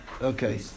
Okay